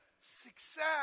success